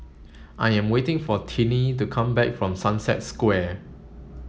I am waiting for Tinie to come back from Sunset Square